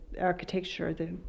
architecture